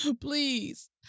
please